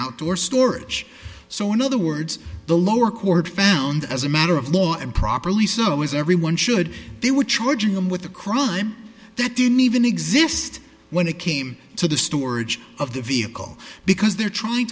outdoor storage so in other words the lower court found as a matter of law and properly so is everyone should they were charging him with a crime that didn't even exist when it came to the storage of the vehicle because they're trying